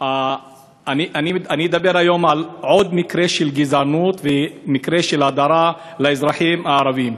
אני אדבר היום על עוד מקרה של גזענות ושל הדרה של אזרחים ערבים.